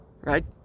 right